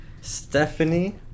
Stephanie